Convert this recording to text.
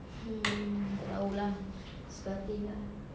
hmm tak tahu lah suka hati lah